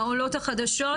העולות החדשות,